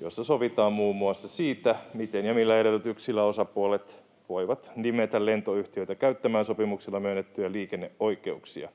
jossa sovitaan muun muassa siitä, miten ja millä edellytyksillä osapuolet voivat nimetä lentoyhtiöitä käyttämään sopimuksella myönnettyjä liikenneoikeuksia,